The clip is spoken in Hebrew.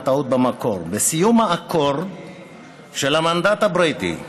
הטעות במקור: בסיום האקורד של המנדט הבריטי,